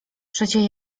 przecie